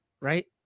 Right